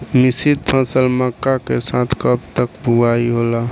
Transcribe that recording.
मिश्रित फसल मक्का के साथ कब तक बुआई होला?